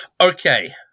Okay